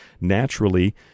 naturally